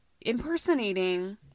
impersonating